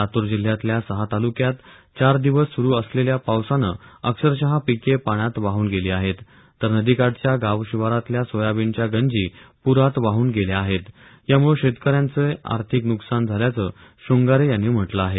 लातूर जिल्ह्यातल्या सहा तालुक्यात चार दिवस सुरु असलेल्या पावसाने अक्षरशः पिके पाण्यात वाहून गेली आहेत तर नदीकाठच्या गावशिवारातल्या सोयाबीनच्या गंजी प्रात वाहून गेल्या आहेत याम्ळे शेतकऱ्यांचे आर्थिक नुकसान झाल्याचं श्रंगारे यांनी म्हटलं आहे